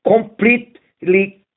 completely